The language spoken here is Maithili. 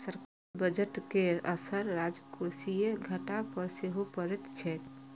सरकारी बजट के असर राजकोषीय घाटा पर सेहो पड़ैत छैक